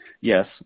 Yes